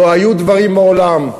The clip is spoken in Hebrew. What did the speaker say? לא היו דברים מעולם.